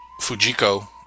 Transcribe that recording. Fujiko